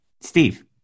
Steve